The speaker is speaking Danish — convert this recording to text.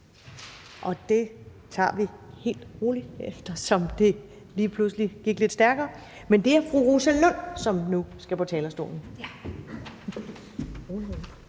og det tager vi helt roligt, eftersom det nu gik lidt stærkere i rækkefølgen. Men det er fru Rosa Lund, som nu skal på talerstolen.